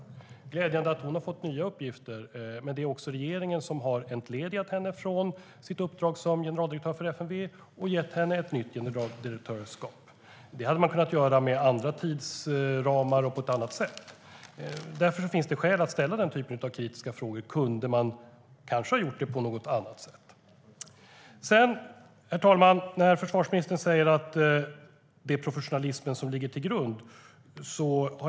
Det är glädjande att hon har fått nya uppgifter, men det är regeringen som har entledigat henne från hennes uppdrag som generaldirektör för FMV och gett henne ett nytt generaldirektörskap. Det hade man kunnat göra med andra tidsramar och på ett annat sätt. Därför finns det skäl att ställa den här typen av kritiska frågor. Kunde man kanske ha gjort detta på något annat sätt? Herr talman! Försvarsministern säger att det är professionalismen som ligger till grund.